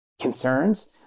concerns